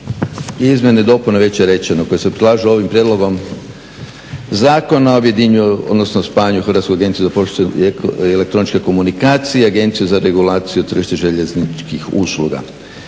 Izmjene i dopune već je rečeno koje se prilažu ovim prijedlogom objedinjuju, odnosno spajanju Hrvatske agencije za poštu i elektroničke komunikacije, Agenciju za regulaciju turističkih i željezničkih usluga.